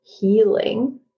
healing